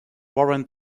warrant